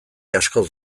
askoz